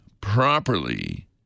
properly